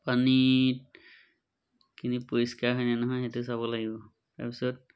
পানীখিনি পৰিষ্কাৰ হয়নে নহয় সেইটো চাব লাগিব তাৰপিছত